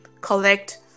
collect